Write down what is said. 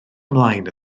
ymlaen